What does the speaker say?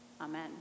amen